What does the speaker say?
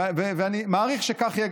וגם מעריך שכך יהיה,